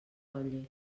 olles